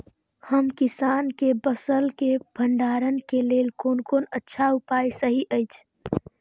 हम किसानके फसल के भंडारण के लेल कोन कोन अच्छा उपाय सहि अछि?